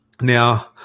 Now